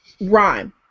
rhyme